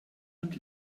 und